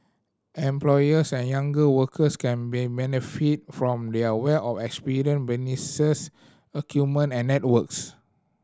employers and younger workers can be benefit from their wealth of experience businesses acumen and networks